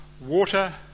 Water